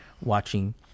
watching